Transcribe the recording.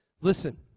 Listen